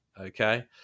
Okay